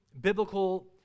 biblical